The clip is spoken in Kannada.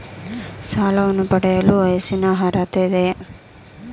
ಸಾಲವನ್ನು ಪಡೆಯಲು ವಯಸ್ಸಿನ ಅರ್ಹತೆ ಇದೆಯಾ?